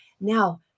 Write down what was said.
Now